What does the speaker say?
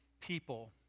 people